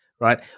Right